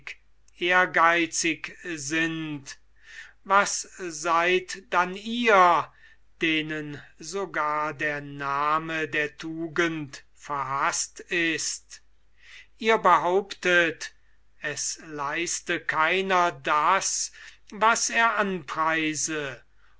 ehrgeizig sind was seid dann ihr denen sogar der name der tugend verhaßt ist ihr behauptet es leiste keiner das was er anpreise